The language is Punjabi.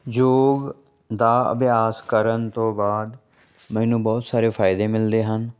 ਯੋਗ ਦਾ ਅਭਿਆਸ ਕਰਨ ਤੋਂ ਬਾਅਦ ਮੈਨੂੰ ਬਹੁਤ ਸਾਰੇ ਫ਼ਇਦੇ ਮਿਲਦੇ ਹਨ